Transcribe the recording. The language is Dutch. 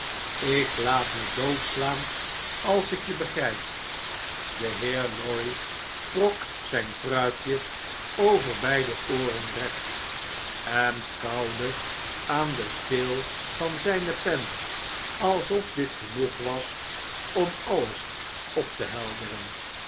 ik laat me doodslaan als ik je begrijp de heer lorry trok zijn pruikje over beide ooren recht en kauwde aan den steel van zjjne pen alsof dit genoeg was om alles op te helderen